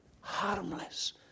harmless